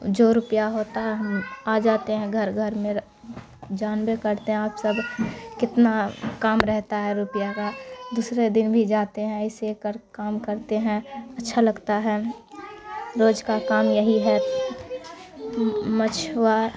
جو روپیہ ہوتا ہے ہم آ جاتے ہیں گھر گھر میں جانبے کرتے ہیں آپ سب کتنا کام رہتا ہے روپیہ کا دوسرے دن بھی جاتے ہیں ایسے ہی کر کام کرتے ہیں اچھا لگتا ہے روز کا کام یہی ہے مچھوا